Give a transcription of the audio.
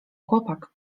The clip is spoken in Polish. chłopak